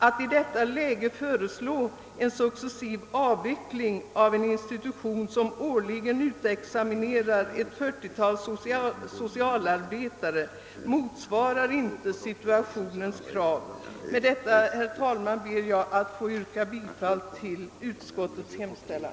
Att i detta läge föreslå en successiv avveckling av en institution, som årligen utexaminerar ett 40-tal socialarbetare, motsvarar inte situationens krav.» Med detta, herr talman, ber jag att få yrka bifall till utskottets hemställan.